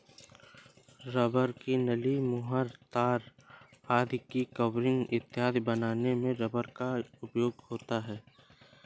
rubber की नली, मुहर, तार आदि का कवरिंग इत्यादि बनाने में रबर का उपयोग होता है